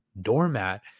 doormat